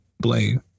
blame